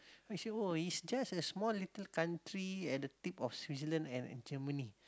he say oh is just a small little country at the tip of Switzerland and and Germany